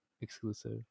exclusive